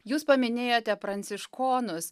jūs paminėjote pranciškonus